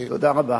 תודה רבה.